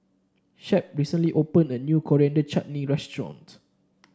Shep recently opened a new Coriander Chutney Restaurant